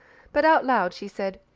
but out loud she said,